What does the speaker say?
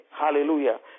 Hallelujah